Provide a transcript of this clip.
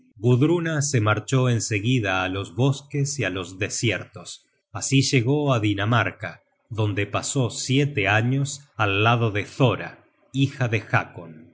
gudruna se marchó en seguida á los bosques y á los desiertos así llegó á dinamarca donde pasó siete años al lado de thora hija de